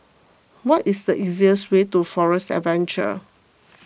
what is the easiest way to Forest Adventure